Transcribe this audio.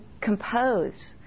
compose